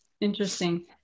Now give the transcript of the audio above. Interesting